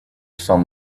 some